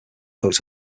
votes